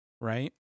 Right